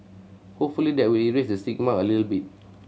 hopefully that will erase the stigma a little bit